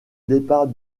départ